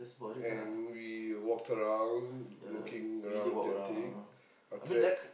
and we walked around looking around Genting after that